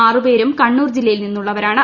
ആറുപേരും കണ്ണൂർ ജില്ലയിൽ നിന്നുള്ളവരാണ്